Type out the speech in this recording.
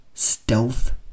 stealth